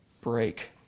break